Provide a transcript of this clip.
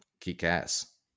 Kick-ass